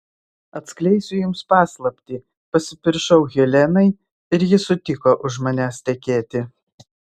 atskleisiu jums paslaptį pasipiršau helenai ir ji sutiko už manęs tekėti